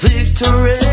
Victory